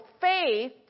faith